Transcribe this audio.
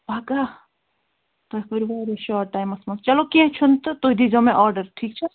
پگاہ تۄہہِ کٔر یہِ وارِیاہ شارٹ ٹایِمس منٛز چَلو کیٚنٛہہ چھُنہٕ تہٕ تُہۍ دِیٖزیٚو مےٚ آرڈر ٹھیٖک چھا